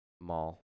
Mall